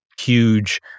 huge